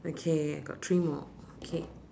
okay I got three more okay